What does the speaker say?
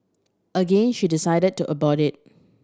again she decided to abort it